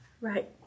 Right